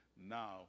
Now